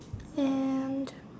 and